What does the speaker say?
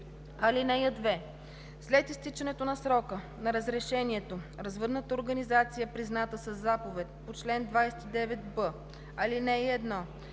години. (2) След изтичането на срока на разрешението развъдната организация, призната със заповед по чл. 29б, ал. 1,